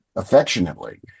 affectionately